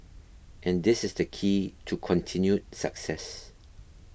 and this is the key to continued success